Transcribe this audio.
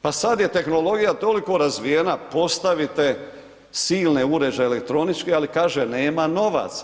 Pa sad je tehnologija toliko razvijena, postavite silne uređaje elektroničke, ali kaže nema novaca.